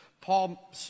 Paul